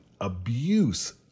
abuse